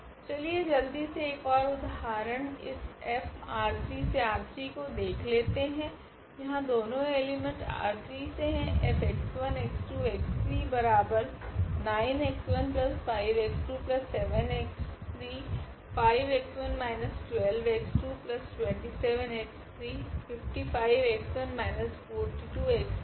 चलिये जल्दी से एक ओर उदाहरण इस 𝐹 ℝ3 → ℝ3 का देख लेते है जहां दोनों एलीमेंट् ℝ3 से है 𝐹𝑥1𝑥2𝑥3 9𝑥15𝑥2 7𝑥3 5𝑥1−12𝑥227𝑥355𝑥1−42𝑥3